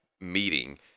meeting